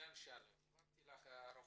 בניין שלם,